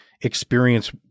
experience